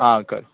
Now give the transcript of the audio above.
आं कर